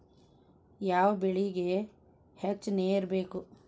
ಯಾವ ಬೆಳಿಗೆ ಹೆಚ್ಚು ನೇರು ಬೇಕು?